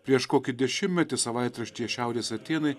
prieš kokį dešimtmetį savaitraštyje šiaurės atėnai